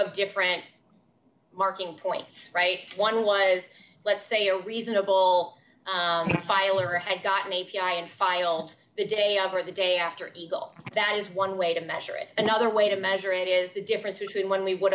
of different marking points right one was let's say a reasonable file or i got an a p i and filed the day of or the day after eagle that is one way to measure it another way to measure it is the difference between when we would